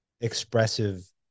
expressive